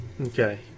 Okay